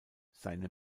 seine